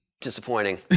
disappointing